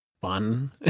fun